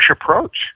approach